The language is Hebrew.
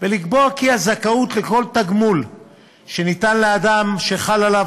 ולקבוע כי הזכאות לכל תגמול שניתן לאדם שחל עליו